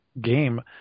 game